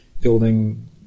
building